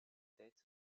tête